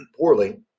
poorly